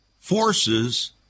Forces